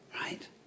Right